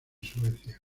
suecia